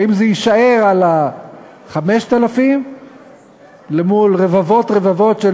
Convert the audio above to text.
האם זה יישאר על ה-5,000 מול רבבות רבבות של